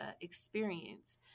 experience